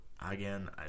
Again